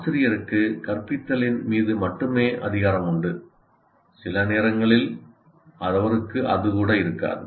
ஆசிரியருக்கு கற்பித்தலின் மீது மட்டுமே அதிகாரம் உண்டு சில நேரங்களில் அவருக்கு அது கூட இருக்காது